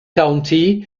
county